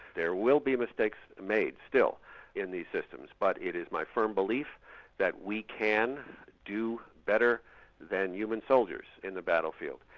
there will be mistakes made still in these systems, but it is my firm belief that we can do better than human soldiers in the battlefield.